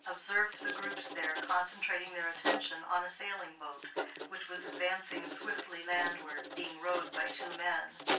observed the groups there concentrating their attention on a sailing-boat which was advancing swiftly landward, being rowed by two men.